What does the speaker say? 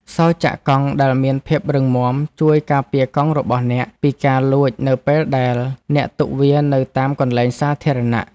សោរចាក់កង់ដែលមានភាពរឹងមាំ ជួយការពារកង់របស់អ្នកពីការលួចនៅពេលដែលអ្នកទុកវានៅតាមកន្លែងសាធារណៈ។